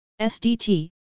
SDT